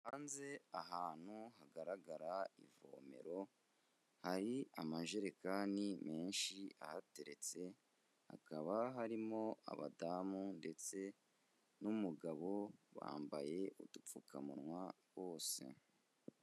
Hanze ahantu hagaragara ivomero, hari amajerekani menshi ahateretse, hakaba harimo abadamu ndetse n'umugabo, bambaye udupfukamunwa bose.